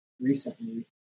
recently